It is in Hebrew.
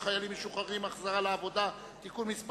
חיילים משוחררים (החזרה לעבודה) (תיקון מס'